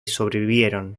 sobrevivieron